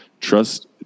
Trust